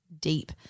deep